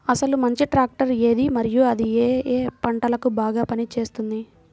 అసలు మంచి ట్రాక్టర్ ఏది మరియు అది ఏ ఏ పంటలకు బాగా పని చేస్తుంది?